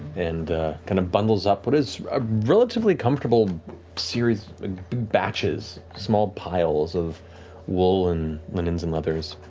and kind of bundles up what is a relatively comfortable series of batches, small piles of wool and linens and leathers.